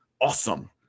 awesome